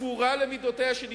תפורה למידותיה של ישראל,